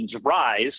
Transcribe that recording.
rise